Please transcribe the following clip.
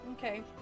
Okay